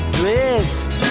dressed